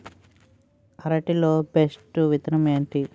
అరటి లో బెస్టు విత్తనం ఏది?